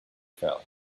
fell